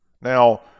now